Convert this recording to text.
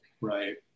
Right